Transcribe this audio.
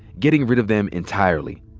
getting rid of them entirely.